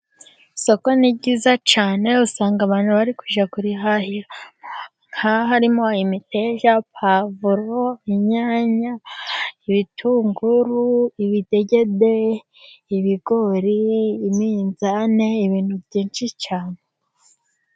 Isoko ni ryiza cyane, usanga abantu bari kujya kurihahiramo nk'aho harimo imiteja, pavuro, inyanya, ibitunguru, ibidegede, ibigori, iminzani, ibintu byinshi cyane.